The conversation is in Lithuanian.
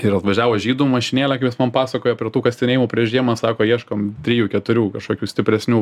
ir atvažiavo žydų mašinėlė kaip jis man pasakojo prie tų kasinėjimų prieš žiemą sako ieškom trijų keturių kažkokių stipresnių